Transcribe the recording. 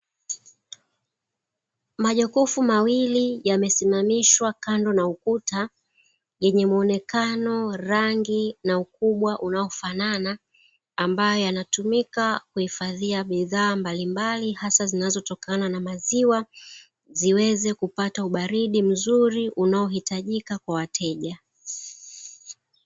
Majokofu mawili yamesimamishwa kando na ukuta yenye muonekano, rangi na ukubwa unaofanana, ambayo yanatumika kuhifadhia bidhaa mbalimbai hasa zinazotokana na maziwa, ziweze kupata ubardi mzuri unaohitajika kwa wateja.